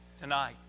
Tonight